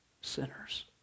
sinners